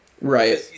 right